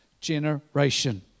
generation